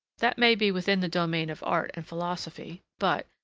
that may be within the domain of art and philosophy but,